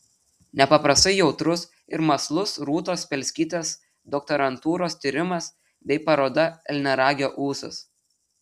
nepaprastai jautrus ir mąslus rūtos spelskytės doktorantūros tyrimas bei paroda elniaragio ūsas